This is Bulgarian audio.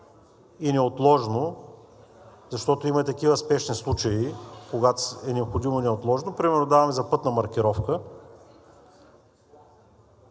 и неотложно, защото има и такива спешни случаи, когато е необходимо и неотложно – примерно даваме за пътна маркировка.